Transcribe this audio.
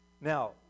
Now